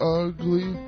ugly